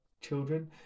children